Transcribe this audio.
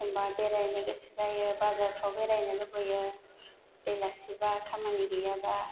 एखमबा बेरायनो गोसो जायो बाजारफ्राव बेरायनो लुबैयो बेलासिबा खामानि गैयाबा